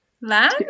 land